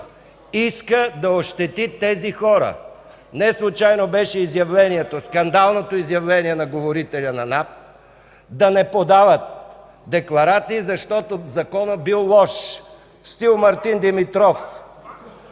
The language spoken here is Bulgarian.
иска да ощети тези хора. Неслучайно беше скандалното изявление на говорителя на НАП да не подават декларации, защото Законът бил лош – в стил Мартин Димитров,